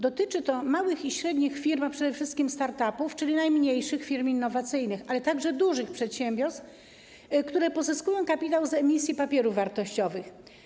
Dotyczy to małych i średnich firm, a przede wszystkich start-up’ów, czyli najmniejszych firm innowacyjnych, ale także dużych przedsiębiorstw, które pozyskują kapitał z emisji papierów wartościowych.